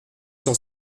cent